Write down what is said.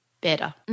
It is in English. better